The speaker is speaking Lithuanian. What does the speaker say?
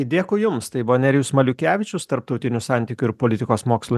dėkui jums tai buvo nerijus maliukevičius tarptautinių santykių ir politikos mokslų